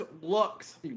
looks